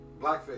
Blackface